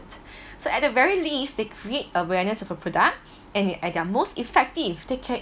so at the very least they create awareness of a product and at at their most effective they can